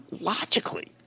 logically